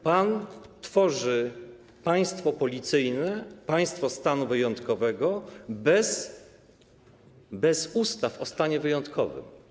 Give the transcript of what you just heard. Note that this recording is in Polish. Pan tworzy państwo policyjne, państwo stanu wyjątkowego bez ustaw o stanie wyjątkowym.